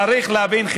צריך להבין,